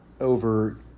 over